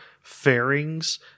fairings